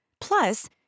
Plus